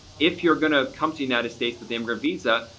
if you're going to come to united states, with the immigrant visa,